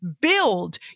Build